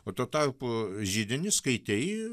o tuo tarpu židinį skaitei